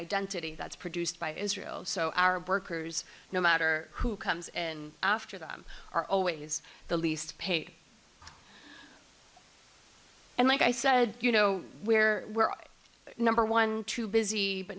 identity that's produced by israel so our workers no matter who comes in after them are always the least pate and like i said you know we're number one too busy but